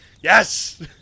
yes